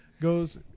goes